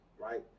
right